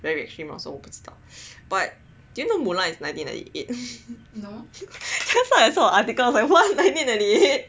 very extreme also 我不知道 but do you know Mulan is nineteen ninety eight that is why when I saw an article I was like what nineteen ninety eight